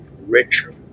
richer